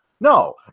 No